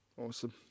Awesome